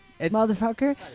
Motherfucker